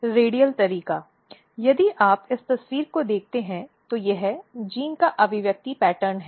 radial तरीके यदि आप इस तस्वीर को देखते हैं तो यह जीन का अभिव्यक्ति पैटर्न है